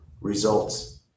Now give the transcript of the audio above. results